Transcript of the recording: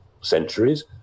centuries